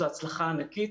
שזו הצלחה ענקית,